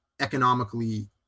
economically